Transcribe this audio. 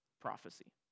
prophecy